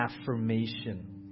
affirmation